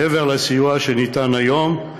מעבר לסיוע הניתן היום,